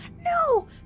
No